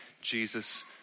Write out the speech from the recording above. Jesus